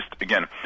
again